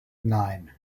nine